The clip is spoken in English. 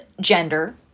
gender